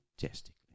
fantastically